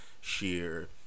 sheer